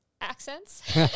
Accents